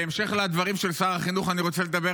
בהמשך לדברים של שר החינוך אני רוצה לדבר